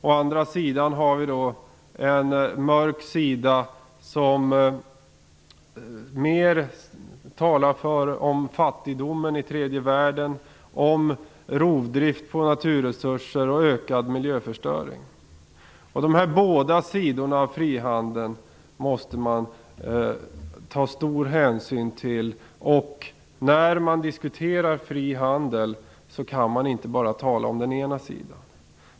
Å andra sidan är det den mörka sidan, som mera visar fattigdom i tredje världen, rovdrift på naturresurser och ökad miljöförstöring. De här båda sidorna av frihandeln måste man ta stor hänsyn till. När man diskuterar fri handel kan man inte bara tala om den ena sidan.